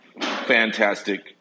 Fantastic